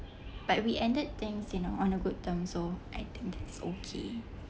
but we ended things you know on a good term so I think that's okay